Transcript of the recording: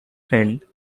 friend